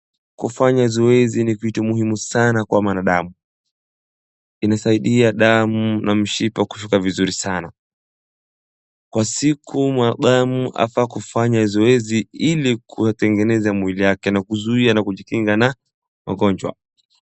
Kufanya zoezi ni kitu muhimu sana kwa mwanadamu. Inasaidia damu na mishipa kushuka vizuri sana. Kwa siku mwanadamu afaa kufanya zoezi ili kutengeneza mwili wake na kuzuia na kujikinga na magonjwa.